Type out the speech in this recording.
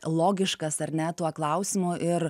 logiškas ar ne tuo klausimu ir